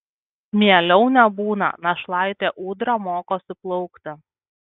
mieliau nebūna našlaitė ūdra mokosi plaukti